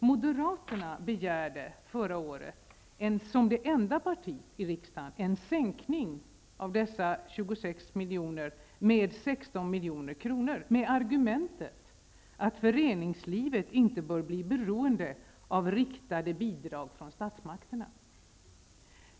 Moderaterna begärde förra året, som enda parti i riksdagen, en sänkning av dessa 26 milj.kr. med 16 milj.kr. med argumentet att föreningslivet inte bör bli beroende av riktade bidrag från statsmakterna.